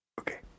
Okay